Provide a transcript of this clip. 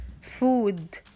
food